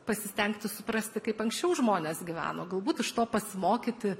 pasistengti suprasti kaip anksčiau žmonės gyveno galbūt iš to pasimokyti